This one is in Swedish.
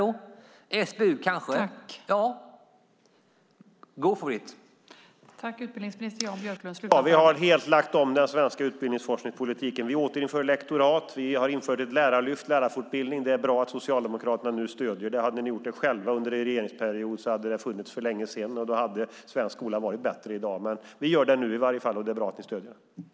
När det gäller SBU - go for it!